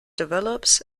develops